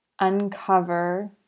uncover